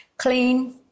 Clean